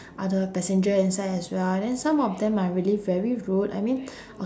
other passenger inside as well and then some of them are really very rude I mean